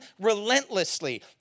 relentlessly